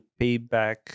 payback